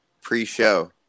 pre-show